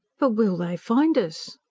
but will they find us?